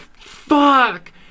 Fuck